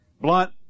Blunt